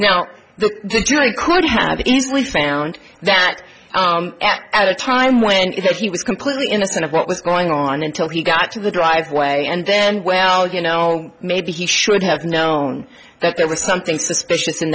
now the jury could have easily found that at a time when if he was completely innocent of what was going on until he got to the driveway and then well you know maybe he should have known that there was something suspicious in